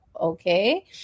okay